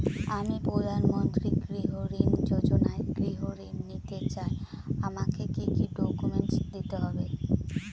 আমি প্রধানমন্ত্রী গৃহ ঋণ যোজনায় গৃহ ঋণ নিতে চাই আমাকে কি কি ডকুমেন্টস দিতে হবে?